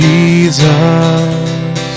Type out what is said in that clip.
Jesus